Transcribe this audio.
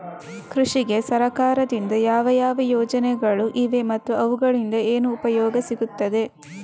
ಕೃಷಿಗೆ ಸರಕಾರದಿಂದ ಯಾವ ಯಾವ ಯೋಜನೆಗಳು ಇವೆ ಮತ್ತು ಅವುಗಳಿಂದ ಏನು ಉಪಯೋಗ ಸಿಗುತ್ತದೆ?